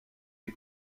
des